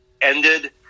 ended